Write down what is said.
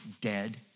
dead